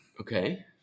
Okay